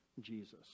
Jesus